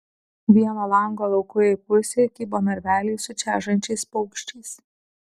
vieno lango laukujėj pusėj kybo narveliai su čežančiais paukščiais